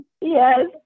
Yes